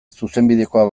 zuzenbidekoa